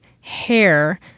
hair